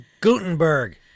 Gutenberg